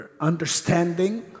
understanding